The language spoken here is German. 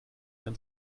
ein